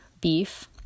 beef